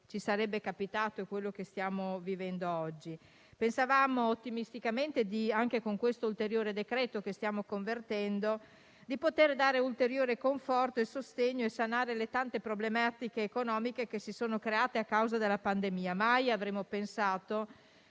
che sarebbe capitato e quello che stiamo vivendo oggi. Pensavamo ottimisticamente, anche con questo ulteriore decreto-legge che stiamo convertendo in legge, di poter dare ulteriore conforto e sostegno e sanare le tante problematiche economiche che si sono create a causa della pandemia. Mai avremmo pensato